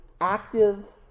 active